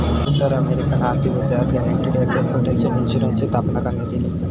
उत्तर अमेरिकन आर्थिक उद्योगात गॅरंटीड एसेट प्रोटेक्शन इन्शुरन्सची स्थापना करण्यात इली